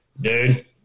dude